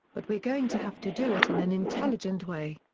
but we're going to have to do it in an intelligent way.